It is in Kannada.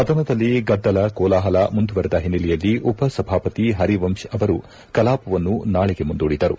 ಸದನದಲ್ಲಿ ಗದ್ದಲ ಕೋಲಾಪಲ ಮುಂದುವರಿದ ಹಿನ್ನೆಲೆಯಲ್ಲಿ ಉಪಸಭಾಪತಿ ಹರಿವಂತ್ ಅವರು ಕಲಾಪವನ್ನು ನಾಳೆಗೆ ಮುಂದೂಡಿದರು